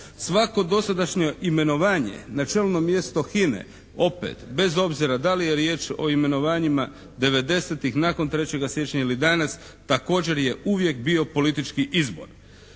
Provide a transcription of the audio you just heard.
Svako dosadašnje imenovanje na čelno mjesto HINA-e opet, bez obzira da li je riječ o imenovanjima '90. nakon 03. siječnja ili danas također je uvije bio politički izbor.